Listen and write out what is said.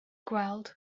gweld